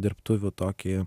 dirbtuvių tokį